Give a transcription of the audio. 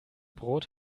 brot